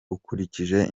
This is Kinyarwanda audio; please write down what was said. ukurikije